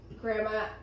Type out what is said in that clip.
Grandma